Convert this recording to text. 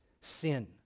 sin